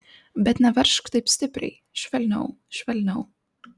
bet neveržk taip stipriai švelniau švelniau